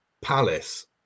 Palace